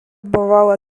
бывало